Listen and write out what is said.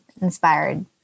Inspired